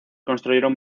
construyeron